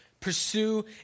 Pursue